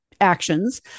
actions